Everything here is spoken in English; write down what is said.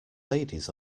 ladies